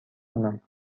کنم